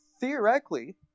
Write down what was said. Theoretically